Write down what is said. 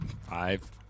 Five